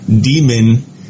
demon